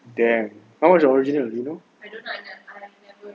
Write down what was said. damn how much the original you know